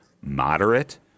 moderate